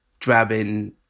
drabbing